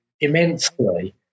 immensely